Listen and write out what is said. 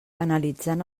analitzant